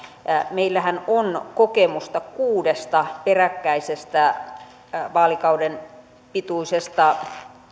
meillähän on kokemusta kuudesta peräkkäisestä vaalikauden pituisesta